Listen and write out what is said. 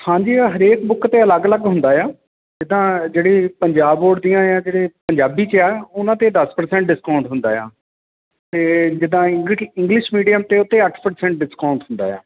ਹਾਂਜੀ ਹਰੇਕ ਬੁੱਕ 'ਤੇ ਅਲੱਗ ਅਲੱਗ ਹੁੰਦਾ ਆ ਜਿੱਦਾਂ ਜਿਹੜੀ ਪੰਜਾਬ ਬੋਰਡ ਦੀਆਂ ਆ ਜਿਹੜੇ ਪੰਜਾਬੀ 'ਚ ਆ ਉਹਨਾਂ 'ਤੇ ਦਸ ਪਰਸੈਂਟ ਡਿਸਕਾਊਂਟ ਹੁੰਦਾ ਆ ਅਤੇ ਜਿੱਦਾਂ ਇੰਗ ਇੰਗਲਿਸ਼ ਮੀਡੀਅਮ 'ਤੇ ਉਤੇ ਅੱਠ ਪਰਸੈਂਟ ਡਿਸਕਾਊਂਟ ਹੁੰਦਾ ਆ